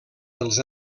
dels